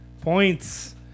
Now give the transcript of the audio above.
Points